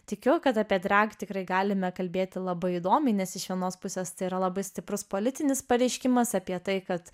tikiu kad apie drag tikrai galime kalbėti labai įdomiai nes iš vienos pusės tai yra labai stiprus politinis pareiškimas apie tai kad